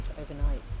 overnight